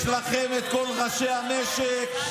יש לכם את כל ראשי המשק,